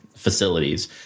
facilities